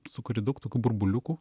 sukuri daug tokių burbuliukų